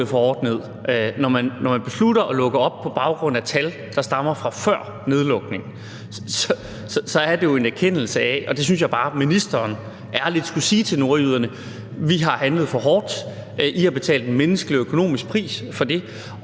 for hårdt ned. Når man beslutter at lukke op på baggrund af tal, der stammer fra før nedlukningen, så er det jo, fordi man har erkendt det, og det synes jeg bare ministeren ærligt skulle sige til nordjyderne: Vi har handlet for hårdt, og I har betalt en menneskelig og økonomisk pris for det.